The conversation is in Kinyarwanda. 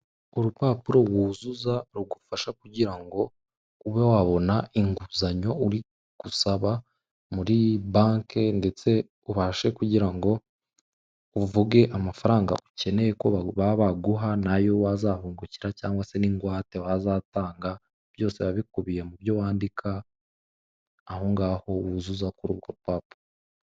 Urupapuro wuzuza rugufasha kugira ngo ube wabona inguzanyo uri gusaba muri banki ndetse ubashe kugira ngo uvuge amafaranga ukeneye ko baba baguha nayo wazabungukira cyangwa se n'ingwate wazatanga byose biba bikubiye mu byo wandika ahongaho wuzuza kuri urwo rupapuro.